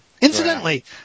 Incidentally